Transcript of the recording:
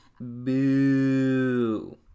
Boo